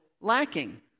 lacking